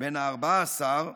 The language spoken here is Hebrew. בן ה-14,